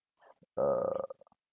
err